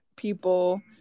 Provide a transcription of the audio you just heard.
people